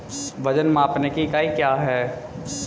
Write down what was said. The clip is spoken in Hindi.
वजन मापने की इकाई क्या है?